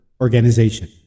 organization